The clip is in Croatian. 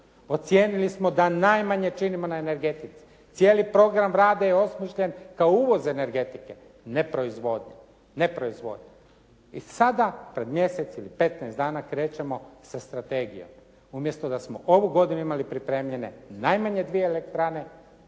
Ocijenili smo da najmanje činimo na energetici. Cijeli program Vlade je osmišljen kao uvoz energetike, ne proizvodnje. I sada pred mjesec ili 15 dana krećemo sa strategijom. Umjesto da smo ovu godinu imali pripremljene najmanje dvije elektrane,